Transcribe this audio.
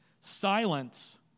Silence